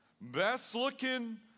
Best-looking